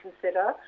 consider